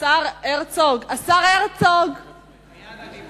השר הרצוג, השר הרצוג, מייד אני בא.